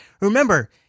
remember